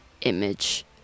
image